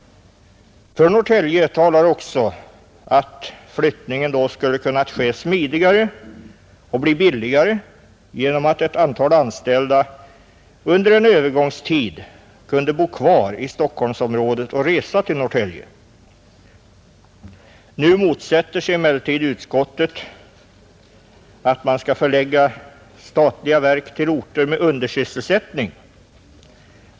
För Norrtälje talar också att flyttningen då skulle ha kunnat ske smidigare och bli billigare genom att ett antal anställda under en övergångstid kunde bo kvar i Stockholmsområdet och resa till Norrtälje. Nu motsätter sig emellertid utskottet att man skall förlägga statliga verk till orter med undersysselsättning.